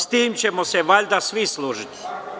S tim ćemo se valjda svi složiti.